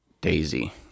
Daisy